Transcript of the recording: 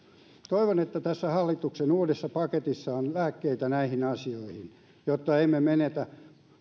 toivon että tässä hallituksen uudessa paketissa on lääkkeitä näihin asioihin jotta emme menetä